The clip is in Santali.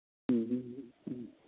ᱦᱮᱸ ᱦᱮᱸ